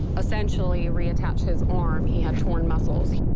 essentially reattach his arm. he had torn muscles.